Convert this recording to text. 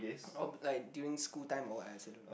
oh like during school time or what et cetera